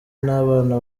n’abana